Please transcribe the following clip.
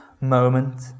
moment